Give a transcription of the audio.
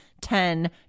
ten